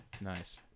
Nice